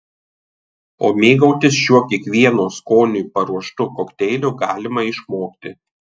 o mėgautis šiuo kiekvieno skoniui paruoštu kokteiliu galima išmokti